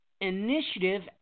Initiative